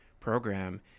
program